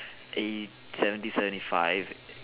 eh seventy seventy five